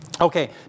Okay